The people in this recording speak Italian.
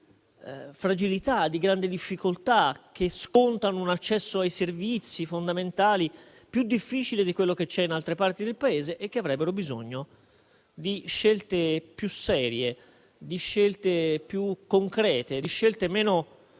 fragilità e di grande difficoltà, che scontano un accesso ai servizi fondamentali più difficile di quello che c'è in altre parti del Paese e che avrebbero bisogno di scelte più serie, più concrete e meno